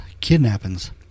kidnappings